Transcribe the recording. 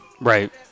Right